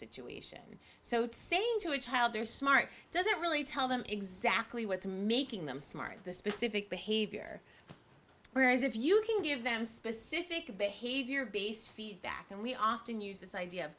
situation so upsetting to a child they're smart doesn't really tell them exactly what's making them smart the specific behavior whereas if you can give them specific behavior based feedback and we often use this idea